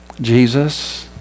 Jesus